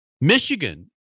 Michigan